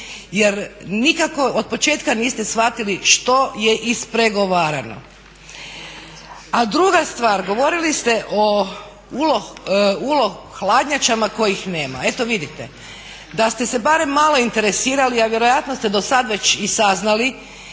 Jer nikako od početka niste shvatili što je ispregovarano. A druga stvar, govorili ste o ULO hladnjačama kojih nema. Eto vidite, da ste se barem malo interesirali a vjerojatno ste dosad već i saznali